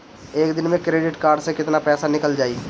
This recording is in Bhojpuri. एक दिन मे क्रेडिट कार्ड से कितना पैसा निकल जाई?